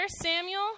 Samuel